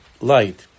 light